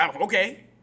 okay